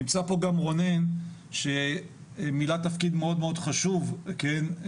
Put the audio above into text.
נמצא פה גם רונן שמילא תפקיד מאוד חשוב בפיפ"א.